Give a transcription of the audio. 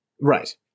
Right